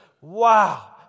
Wow